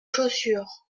chaussures